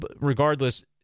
regardless